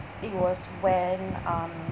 it was when um